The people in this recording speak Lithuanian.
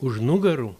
už nugarų